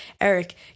eric